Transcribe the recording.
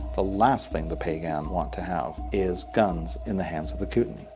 the last thing the piegans want to have is guns in the hands of the kootenai.